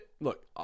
look